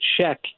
check